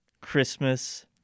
Christmas